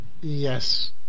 Yes